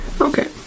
Okay